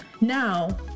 now